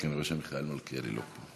כי אני רואה שמיכאל מלכיאלי לא פה.